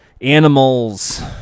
animals